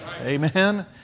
Amen